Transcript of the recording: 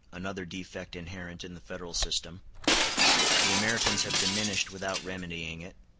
another defect inherent in the federal system the americans have diminished without remedying it